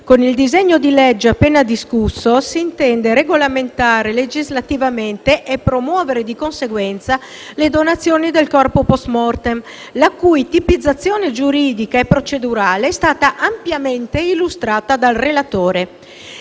con il disegno di legge appena discusso si intende regolamentare legislativamente, e promuovere di conseguenza, le donazioni del corpo *post mortem*, la cui tipizzazione giuridica e procedurale è stata ampiamente illustrata dal relatore.